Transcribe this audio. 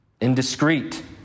indiscreet